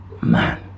man